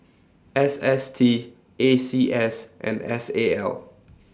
S S T A C S and S A L